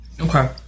Okay